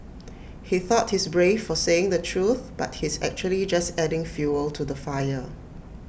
he thought he's brave for saying the truth but he's actually just adding fuel to the fire